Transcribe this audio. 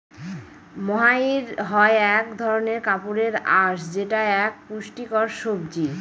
মহাইর হয় এক ধরনের কাপড়ের আঁশ যেটা এক পুষ্টিকর সবজি